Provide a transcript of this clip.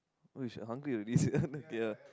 holy shit hungry already sia ya